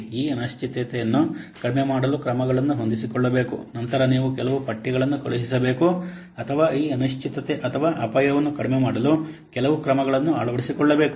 ಈ ಅನಿಶ್ಚಿತತೆಯನ್ನು ಕಡಿಮೆ ಮಾಡಲು ಕ್ರಮಗಳನ್ನು ಹೊಂದಿಸಿಕೊಳ್ಳಬೇಕು ನಂತರ ನೀವು ಕೆಲವು ಪಠ್ಯಗಳನ್ನು ಕಳುಹಿಸಬೇಕು ಅಥವಾ ಈ ಅನಿಶ್ಚಿತತೆ ಅಥವಾ ಅಪಾಯವನ್ನು ಕಡಿಮೆ ಮಾಡಲು ಕೆಲವು ಕ್ರಮಗಳನ್ನು ಅಳವಡಿಸಿಕೊಳ್ಳಬೇಕು